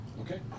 Okay